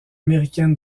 américaine